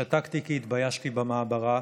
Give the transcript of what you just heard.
שתקתי כי התביישתי במעברה,